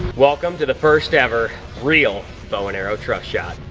welcome to the first ever real bow and arrow trust shot.